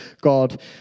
God